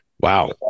Wow